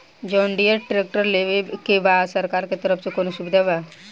John Deere tractor लेवे के बा सरकार के तरफ से कौनो सुविधा बा?